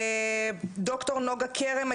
ד"ר נגה כרם,